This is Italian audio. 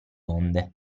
onde